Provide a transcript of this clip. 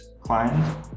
client